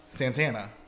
Santana